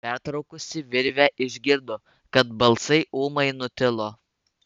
pertraukusi virvę išgirdo kad balsai ūmai nutilo